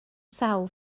sawl